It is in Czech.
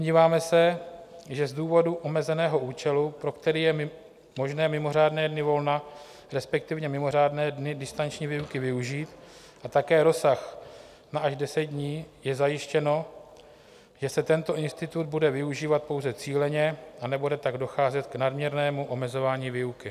Domníváme se, že z důvodu omezeného účelu, pro který je možné mimořádné dny volna, respektive mimořádné dny distanční výuky využít, a také rozsah na až deset dní, je zajištěno, že se tento institut bude využívat pouze cíleně a nebude tak docházet k nadměrnému omezování výuky.